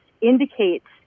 indicates